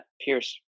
Pierce